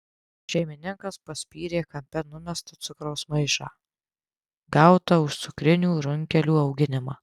šeimininkas paspyrė kampe numestą cukraus maišą gautą už cukrinių runkelių auginimą